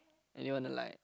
anyone you like